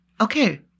Okay